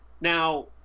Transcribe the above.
Now